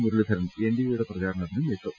മുരളീധരൻ എൻഡിഎയുടെ പ്രചരണത്തിനുമെത്തും